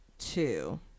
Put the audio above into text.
two